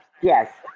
yes